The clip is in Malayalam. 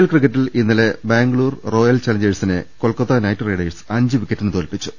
എൽ ക്രിക്കറ്റിൽ ഇന്നലെ ബാംഗ്ലൂർ റോയൽ ചലഞ്ചേഴ്സിനെ കൊൽക്കത്ത് നൈറ്റ് റൈഡേഴ്സ് അഞ്ച് വിക്കറ്റിന് തോൽപ്പിച്ചു